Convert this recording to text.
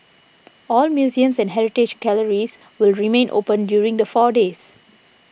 all museums and heritage galleries will remain open during the four days